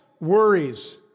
worries